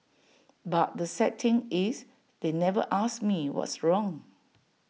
but the sad thing is they never asked me what's wrong